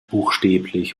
buchstäblich